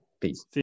Peace